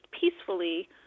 peacefully